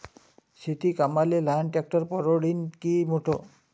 शेती कामाले लहान ट्रॅक्टर परवडीनं की मोठं?